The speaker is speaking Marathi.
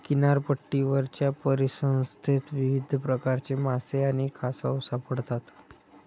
किनारपट्टीवरच्या परिसंस्थेत विविध प्रकारचे मासे आणि कासव सापडतात